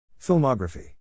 Filmography